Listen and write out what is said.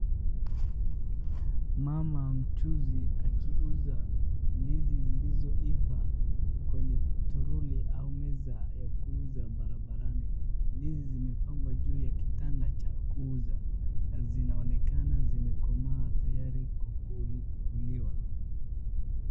Mama mchuuzi akiuza ndizi zilizoiva kwenye toroli au meza ya kuuza barabarani ndizi zimepangwa juu ya kitanda cha kuuza na zinaonekana zimekomaa tayari kukuliwa.